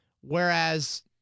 Whereas